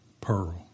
pearl